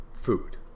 food